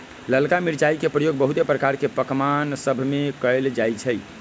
ललका मिरचाई के प्रयोग बहुते प्रकार के पकमान सभमें कएल जाइ छइ